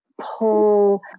pull